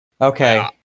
Okay